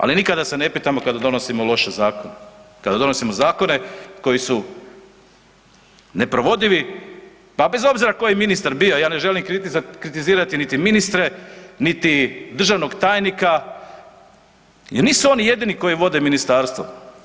Ali nikada se ne pitamo kada donosimo loše zakone, kada donosimo zakone koji su neprovodivi, pa bez obzira koji ministar bio, ja ne želim kritizirati niti ministre niti državnog tajnika jer nisu oni jedini koji vode ministarstvo.